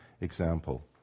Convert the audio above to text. example